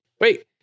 wait